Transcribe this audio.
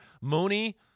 Mooney